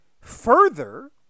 Further